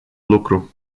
lucru